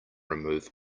remove